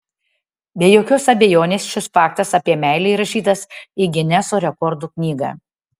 be jokios abejonės šis faktas apie meilę įrašytas į gineso rekordų knygą